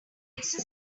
existed